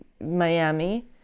Miami